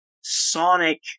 sonic